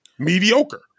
Mediocre